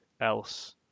else